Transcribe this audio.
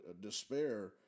despair